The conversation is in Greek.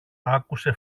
άκουσε